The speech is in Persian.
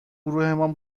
گروهمان